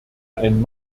ein